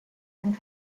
and